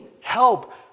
help